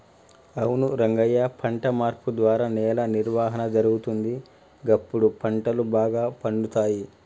అవును రంగయ్య పంట మార్పు ద్వారా నేల నిర్వహణ జరుగుతుంది, గప్పుడు పంటలు బాగా పండుతాయి